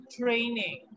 training